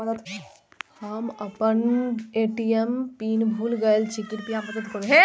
हम आपन ATM PIN भूल गईल छी, कृपया मदद करू